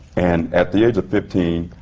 and at the age of fifteen,